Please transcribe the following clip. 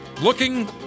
looking